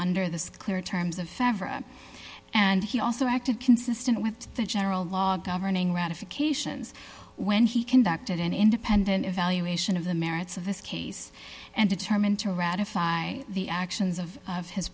under the sclera terms of fabric and he also acted consistent with the general law governing ratifications when he conducted an independent evaluation of the merits of this case and determined to ratify the actions of of his